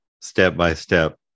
step-by-step